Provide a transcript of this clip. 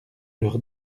leur